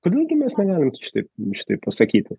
kodėl tai mes negalim šitaip šitaip pasakyti